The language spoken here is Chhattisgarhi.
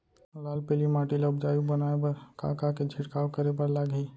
लाल पीली माटी ला उपजाऊ बनाए बर का का के छिड़काव करे बर लागही?